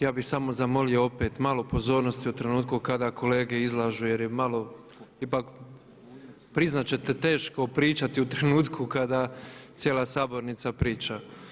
Ja bih samo zamolio opet malo pozornosti u trenutku kada kolege izlažu jer je malo ipak priznat ćete teško pričati u trenutku kada cijela sabornica priča.